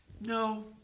No